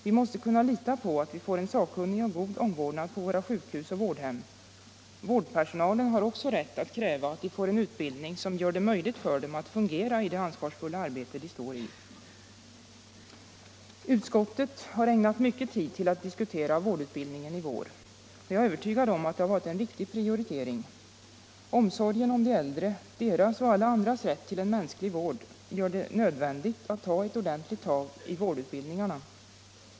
Vi måste kunna lita på att människor får en sakkunnig och god omvårdnad på sjukhus och vårdhem. Vårdpersonalen har ockå rätt att kräva en utbildning som gör det möjligt att fungera i det ansvarsfulla arbete som de står i. Utskottet har ägnat mycket tid till att diskutera vårdutbildningen i vår. Jag är övertygad om att det varit en riktig prioritering. Omsorgen om de äldre, deras och alla andras rätt till en mänsklig vård gör det nödvändigt att ta ett krafttag för att lösa vårdutbildningarnas problem.